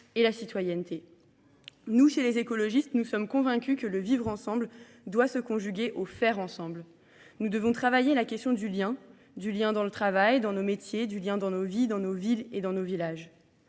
et la citoyenneté. Nous, chez les écologistes, nous sommes convaincus que le vivre ensemble doit se conjuguer au faire ensemble. Nous devons travailler la question du lien, du lien dans le travail, dans nos métiers, du lien dans nos vies, dans nos villes et dans nos villages.